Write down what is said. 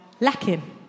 lacking